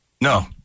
No